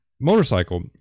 motorcycle